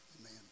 Amen